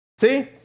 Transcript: See